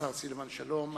השר סילבן שלום.